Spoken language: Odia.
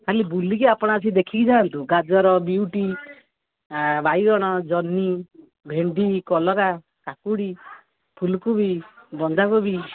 ଖାଲି ବୁଲିକି ଆପଣ ଆସ ଦେଖିକି ଯାଆନ୍ତୁ ଗାଜର ବିଟ ବାଇଗଣ ଜହ୍ନି ଭେଣ୍ଡି କଲରା କାକୁଡ଼ି ଫୁଲକୋବି ବନ୍ଧାକୋବି